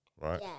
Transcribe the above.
Right